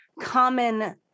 common